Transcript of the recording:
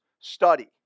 study